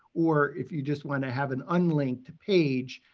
or if you just want to have an unlinked page,